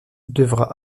devra